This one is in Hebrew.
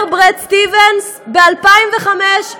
אומר בראד סטיבנס: ב-2005,